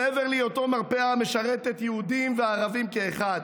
מעבר להיותו מרפאה המשרתת יהודים וערבים כאחד.